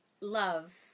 love